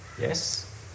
Yes